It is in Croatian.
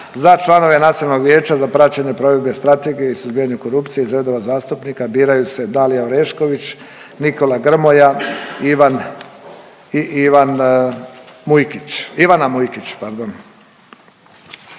za članove Nacionalnog vijeća za praćenje provedbe Strategije suzbijanja korupcije iz redova zastupnika biraju se Dalija Orešković, Nikola Grmoja i Ivana Mujkić.